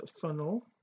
funnel